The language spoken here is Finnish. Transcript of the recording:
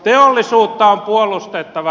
teollisuutta on puolustettava